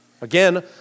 Again